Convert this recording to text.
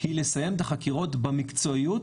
היא לסיים את החקירות במקצועיות